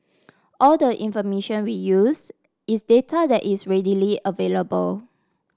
all the information we use is data that is readily available